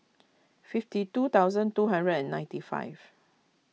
fifty two thousand two hundred and ninety five